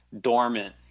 dormant